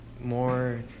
more